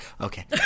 Okay